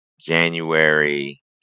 January